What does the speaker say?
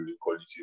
quality